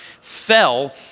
fell